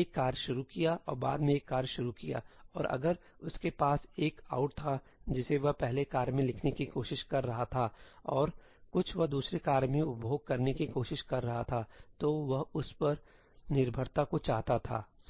एक कार्य शुरू किया और बाद में एक कार्य शुरू किया और अगर उसके पास एक out था जिसे वह पहले कार्य में लिखने की कोशिश कर रहा था और कुछ वह दूसरे कार्य में उपभोग करने की कोशिश कर रहा था तो वह उस निर्भरता को चाहता थासही